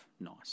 nice